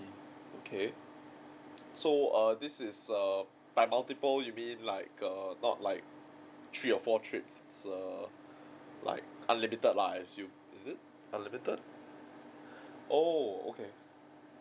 okay so err this is um by multiple you mean like err not like three or four trips it's err like unlimited lah I assume is it unlimited oh okay